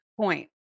point